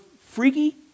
freaky